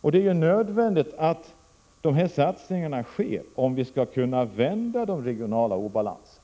och det är nödvändigt att de här satsningarna sker om vi skall kunna undanröja de regionala obalanserna.